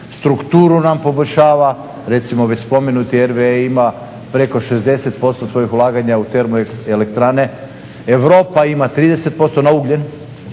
Strukturu nam poboljšava, recimo već spomenuti RWE ima preko 60% svojih ulaganja u termoelektrane, Europa ima 30% na ugljen,